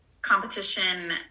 competition